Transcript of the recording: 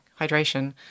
hydration